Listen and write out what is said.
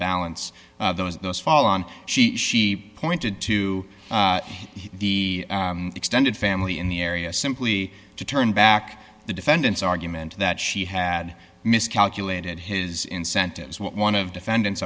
balance those those fall on she she pointed to the extended family in the area simply to turn back the defendant's argument that she had miscalculated his incentives one of defendant